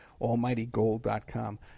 almightygold.com